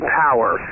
power